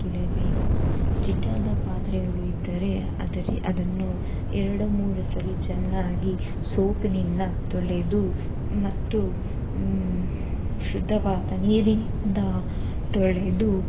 ತೊಳೆಯಬೇಕು ಜಿಡ್ಡಾದ ಪಾತ್ರೆಗಳು ಇದ್ದರೆ ಅದರ ಅದನ್ನು ಎರಡು ಮೂರು ಸರಿ ಚೆನ್ನಾಗಿ ಸೋಪ್ನಿಂದ ತೊಳೆದು ಮತ್ತು ಶುದ್ಧವಾದ ನೀರಿನಿಂದ ತೊಳೆದು